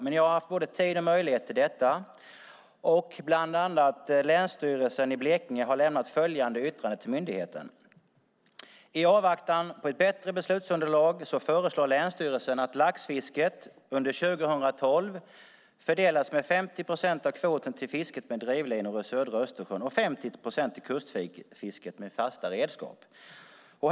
Men jag har haft både tid och möjlighet till det. Bland annat länsstyrelsen i Blekinge har lämnat följande yttrande till myndigheten: "I avvaktan på ett bättre beslutsunderlag föreslår länsstyrelsen att laxfisket under 2012 fördelas med 50 % av kvoten till fisket med drivlinor i södra Östersjön och 50 % till kustfisket med fasta redskap."